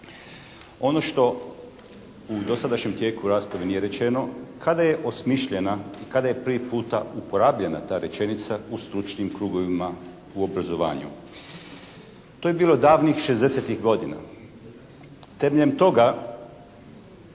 Ono što u dosadašnjem tijeku rasprave nije rečeno kada je osmišljena i kada je prvi puta uporabljena ta rečenica u stručnim krugovima u obrazovanju. To je bilo davnih '60.-ih godina. Temeljem toga